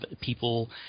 people